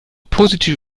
positiv